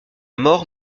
mort